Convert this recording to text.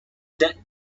that